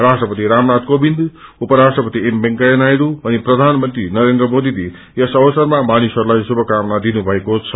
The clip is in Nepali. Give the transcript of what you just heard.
राष्ट्रपति रामनागि क्रोविन्द उपराष्ट्रपति एम वेकैया नायडू अनि प्रधानमंत्री नरेन्द्र मोरीले यस अवसरमा मानिसहरूलाई शुभकामना दिनुभएको छ